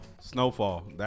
Snowfall